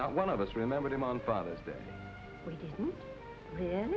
not one of us remembered him on father's day